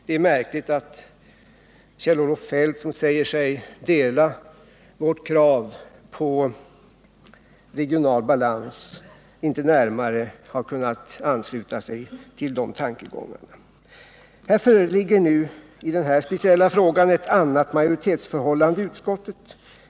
Det är märkligt att Kjell-Olof Feldt, som säger sig dela vårt krav på regional balans, inte närmare har kunnat ansluta sig till de tankegångarna. I den här speciella frågan föreligger nu ett annat majoritetsförhållande i utskottet.